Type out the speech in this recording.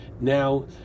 Now